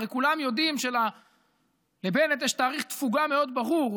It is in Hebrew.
הרי כולם יודעים שלבנט יש תאריך תפוגה מאוד ברור,